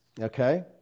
okay